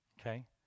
okay